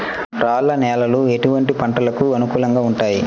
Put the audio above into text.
రాళ్ల నేలలు ఎటువంటి పంటలకు అనుకూలంగా ఉంటాయి?